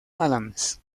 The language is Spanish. adams